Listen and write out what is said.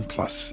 Plus